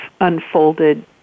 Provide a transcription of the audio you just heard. unfolded